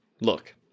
Look